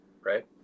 right